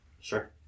Sure